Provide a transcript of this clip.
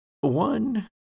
one